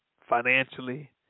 financially